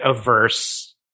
averse